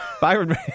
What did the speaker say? Byron